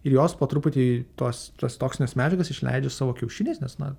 ir jos po truputį tos tas toksines medžiagas išleidžia savo kiaušiniais nes na